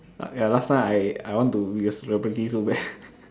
ya last time I I want to be a celebrity so bad